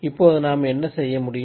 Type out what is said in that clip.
இப்போது நாம் என்ன செய்யமுடியும்